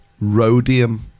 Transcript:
Rhodium